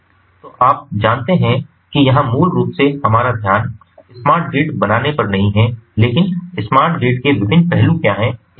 तो आप जानते हैं कि यहां मूल रूप से हमारा ध्यान स्मार्ट ग्रिड बनाने पर नहीं है लेकिन स्मार्ट ग्रिड के विभिन्न पहलू क्या हैं इस पर है